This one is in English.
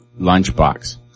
lunchbox